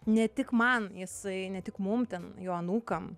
ne tik man jisai ne tik mum ten jo anūkam